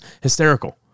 hysterical